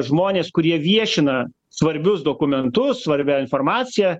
žmonės kurie viešina svarbius dokumentus svarbią informaciją